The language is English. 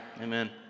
Amen